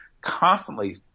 constantly